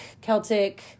Celtic